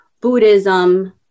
buddhism